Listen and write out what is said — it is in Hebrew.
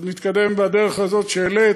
אז נתקדם בדרך הזאת שהעלית,